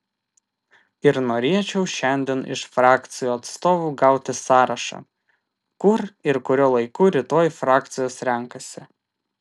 ir norėčiau šiandien iš frakcijų atstovų gauti sąrašą kur ir kuriuo laiku rytoj frakcijos renkasi